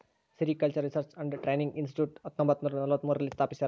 sericultural research and training institute ಹತ್ತೊಂಬತ್ತುನೂರ ನಲವತ್ಮೂರು ರಲ್ಲಿ ಸ್ಥಾಪಿಸ್ಯಾರ